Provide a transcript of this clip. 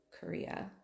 Korea